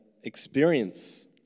experience